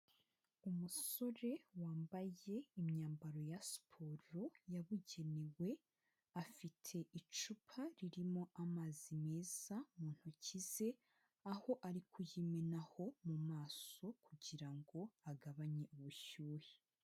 Umusore wambaye imyambaro ya siporo yabugenewe, afite icupa ririmo amazi meza mu ntoki ze, aho ari kuyimenaho mu maso, kugira ngo agabanye ubushyuhe.